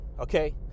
okay